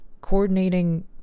coordinating